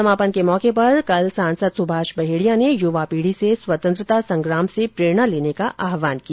समापन के मौके पर कल सांसद सुभाष बहेडिया ने युवा पीढी से स्वतंत्रता संग्राम से प्रेरणा लेने का आहवान किया